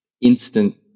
instant